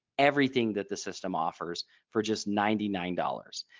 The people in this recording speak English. everything that the system offers for just ninety-nine dollars.